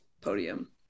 podium